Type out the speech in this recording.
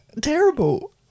Terrible